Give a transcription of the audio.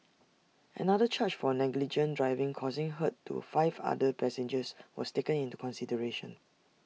another charge for negligent driving causing hurt to five other passengers was taken into consideration